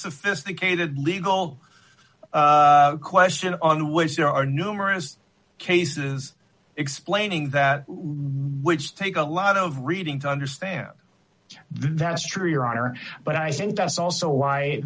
sophisticated legal question on which there are numerous cases explaining that which take a lot of reading to understand that's true your honor but i think that's also why